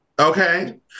Okay